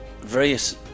various